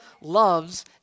loves